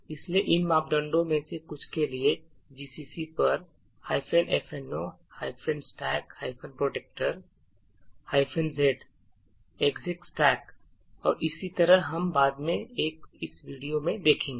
इसलिए इन मापदंडों में से कुछ के लिए gcc पर fno stack protector z execstack और इसी तरह हम बाद के एक वीडियो में देखेंगे